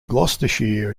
gloucestershire